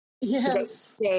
Yes